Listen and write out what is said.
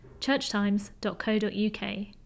churchtimes.co.uk